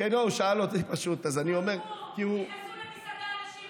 לכולנו יש את הבעיה הזו.